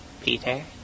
Peter